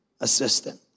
assistant